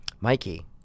Mikey